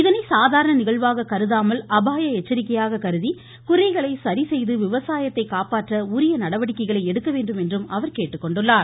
இதை சாதாரண நிகழ்வாக கருதாமல் அபாய எச்சரிக்கையாக கருகி குறைகளை சரிசெய்து விவசாயத்தை காப்பாற்ற உரிய நடவடிக்கைகளை எடுக்க வேண்டும் என்றும் அவர் கூறினார்